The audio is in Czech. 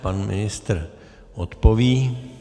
Pan ministr odpoví.